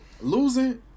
losing